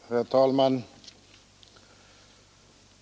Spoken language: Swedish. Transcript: Herr talman!